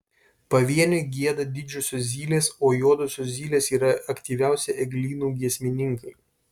pavieniui gieda didžiosios zylės o juodosios zylės yra aktyviausi eglynų giesmininkai